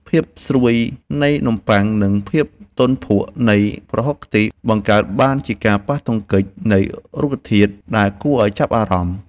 ភាពស្រួយនៃនំប៉័ងនិងភាពទន់ភក់នៃប្រហុកខ្ទិះបង្កើតបានជាការប៉ះទង្គិចនៃរូបធាតុដែលគួរឱ្យចាប់អារម្មណ៍។